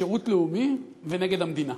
שירות לאומי ונגד המדינה.